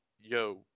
yo